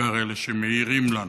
בעיקר אלה שמעירים לנו.